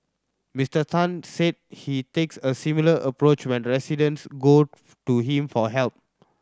Mister Tan said he takes a similar approach when residents go to him for help